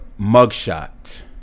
mugshot